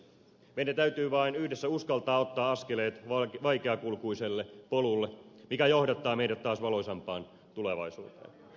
meidän täytyy vain yhdessä uskaltaa ottaa askeleet vaikeakulkuiselle polulle mikä johdattaa meidät taas valoisampaan tulevaisuuteen